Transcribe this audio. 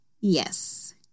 Yes